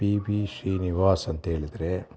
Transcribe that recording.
P B Srinivas ಅಂತ ಹೇಳಿದ್ರೆ